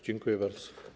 Dziękuję bardzo.